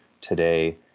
today